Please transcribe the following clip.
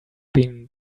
been